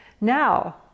Now